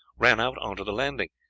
ran out on to the landing.